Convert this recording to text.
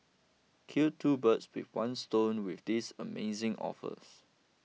kill two birds with one stone with these amazing offers